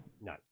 No